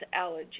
allergies